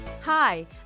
Hi